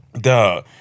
Duh